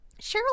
Cheryl